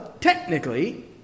Technically